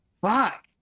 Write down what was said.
Fuck